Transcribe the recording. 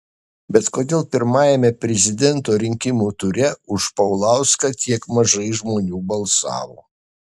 bet kodėl pirmajame prezidento rinkimų ture už paulauską tiek mažai žmonių balsavo